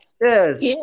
Yes